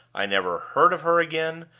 i never heard of her again,